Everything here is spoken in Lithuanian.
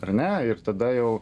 ar ne ir tada jau